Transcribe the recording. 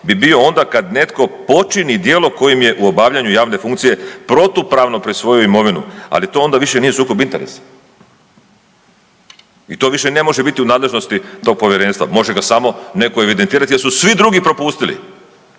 bi bio onda kad netko počini djelo kojim je u obavljanju javne funkcije protupravno prisvojio imovinu, ali to onda više nije sukob interesa i to više ne može biti u nadležnosti tog povjerenstva, može ga samo netko evidentirati jer su svi drugi propustili